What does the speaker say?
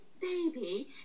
baby